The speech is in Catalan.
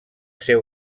ser